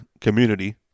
community